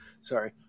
Sorry